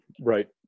right